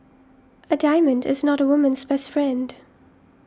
a diamond is not a woman's best friend